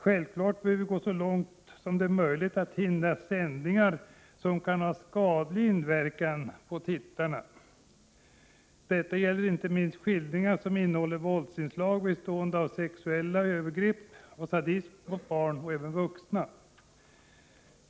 Självfallet bör vi så långt det är möjligt hindra sändningar som kan ha en skadlig inverkan på tittarna. Detta gäller inte minst skildringar som innehåller våldsinslag bestående av sexuella övergrepp och sadism mot barn och även mot vuxna.